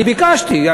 אני ביקשתי.